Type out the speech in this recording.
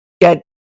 get